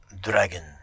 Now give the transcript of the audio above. Dragon